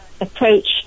approach